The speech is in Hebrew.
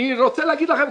אני רוצה להגיד לכם,